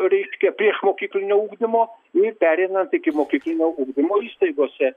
reikia priešmokyklinio ugdymo ir pereinant ikimokyklinio ugdymo įstaigose